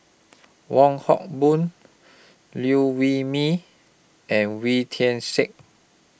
Wong Hock Boon Liew Wee Mee and Wee Tian Siak